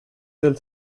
del